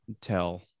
tell